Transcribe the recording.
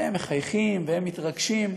והם מחייכים, והם מתרגשים.